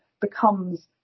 becomes